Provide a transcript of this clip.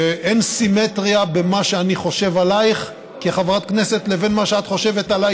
אין סימטריה בין מה שאני חושב עלייך כחברת כנסת לבין מה שאת חושבת עליי,